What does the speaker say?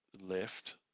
left